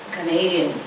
Canadian